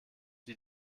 die